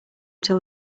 till